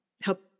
help